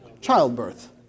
Childbirth